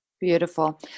Beautiful